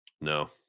No